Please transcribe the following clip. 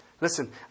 Listen